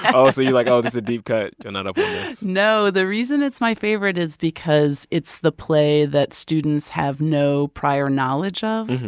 and oh, so you're, like, oh. this is a deep cut. you're not up on this no. the reason it's my favorite is because it's the play that students have no prior knowledge of.